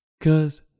Cause